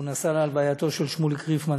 והוא נסע להלווייתו של שמואל ריפמן,